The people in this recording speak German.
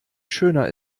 schöner